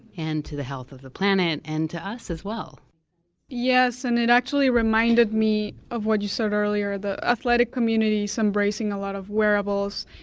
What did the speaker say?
and to the health of the planet, and to us as well yes, and it actually reminded me of what you said earlier, the athletic community is so embracing a lot of wearables.